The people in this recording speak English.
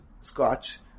scotch